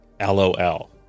LOL